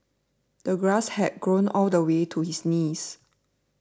the grass had grown all the way to his knees